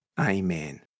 Amen